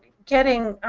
getting